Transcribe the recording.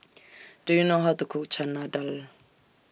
Do YOU know How to Cook Chana Dal